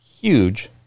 huge